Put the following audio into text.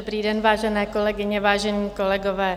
Dobrý den, vážené kolegyně, vážení kolegové.